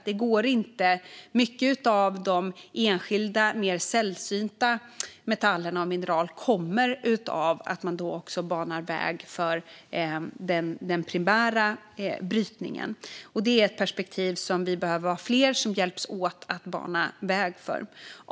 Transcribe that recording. Tillgång till många enskilda, mer sällsynta metaller och mineral kommer av att man också banar väg för den primära brytningen. Det är ett perspektiv som vi behöver vara fler som hjälps åt att bana väg för.